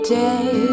day